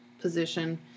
position